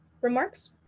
remarks